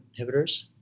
inhibitors